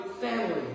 family